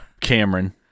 Cameron